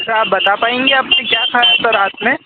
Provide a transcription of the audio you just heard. अच्छा आप बता पाएँगी आपने क्या खाया था रात में